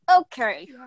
okay